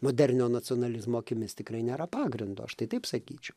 moderniojo nacionalizmo akimis tikrai nėra pagrindo aš tai taip sakyčiau